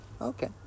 Okay